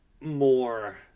more